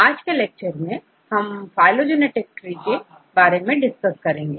आज के लेक्चर में हम फाइल ओं जेनेटिक ट्री के निर्माण को डिस्कस करेंगे